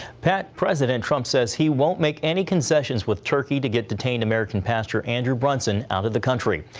pat, president trump says he won't make any concessions with turkey to get detained american pastor andrew brunson out of the country.